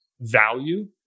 value